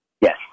Yes